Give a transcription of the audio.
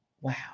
Wow